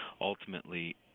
ultimately